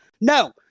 No